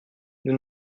nous